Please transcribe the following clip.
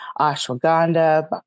ashwagandha